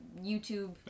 YouTube